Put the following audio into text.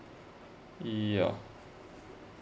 yeah